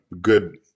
good